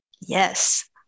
Yes